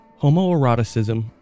homoeroticism